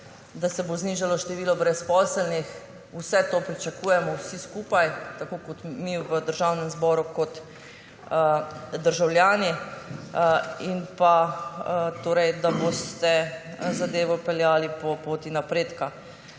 da se bo znižalo število brezposelnih. Vse to pričakujemo vsi skupaj, tako mi v Državnem zboru kot državljani. Torej da boste zadevo peljali po poti napredka.